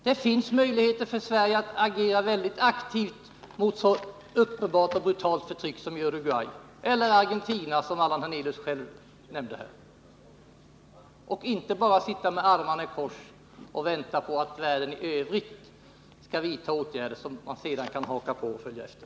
Det finns möjligheter för Sverige att agera väldigt aktivt mot så uppenbart och brutalt förtryck som det i Uruguay eller i Argentina och som Allan Hernelius själv nämnde, och inte bara sitta med armarna i kors och vänta på att världen i övrigt skall vidta åtgärder som man sedan kan haka på och följa efter.